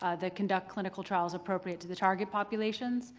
ah the conduct clinical trials appropriate to the target populations,